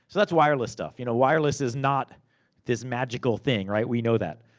that's wireless stuff. you know, wireless is not this magical thing, right? we know that.